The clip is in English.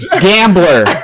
gambler